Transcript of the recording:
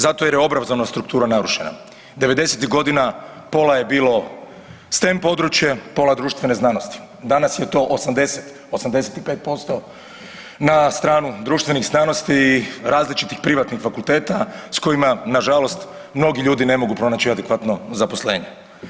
Zato jer obrazovana struktura narušena, devedesetih godina pola je bilo STEM područje, pola društvene znanosti, danas je to 80, 85% na stranu društvenih znanosti, različitih privatnih fakulteta s kojima nažalost mnogi ljudi ne mogu pronaći adekvatno zaposlenje.